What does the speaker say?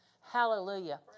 Hallelujah